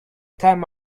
time